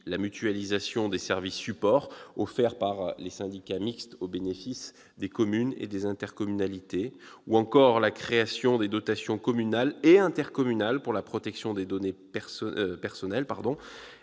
la mutualisation des services supports offerts par les syndicats mixtes au bénéfice des communes et des intercommunalités ; la création des dotations communales et intercommunales pour la protection des données personnelles